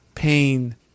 pain